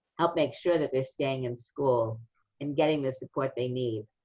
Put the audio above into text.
help make sure that they're staying in school and getting the support they need,